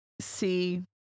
see